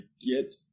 get